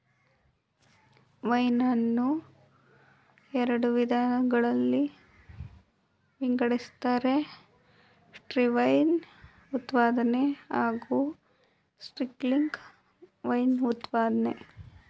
wine ನನ್ನ ಎರಡು ವಿಧದಲ್ಲಿ ವಿಂಗಡಿಸ್ತಾರೆ ಸ್ಟಿಲ್ವೈನ್ ಉತ್ಪಾದನೆ ಹಾಗೂಸ್ಪಾರ್ಕ್ಲಿಂಗ್ ವೈನ್ ಉತ್ಪಾದ್ನೆ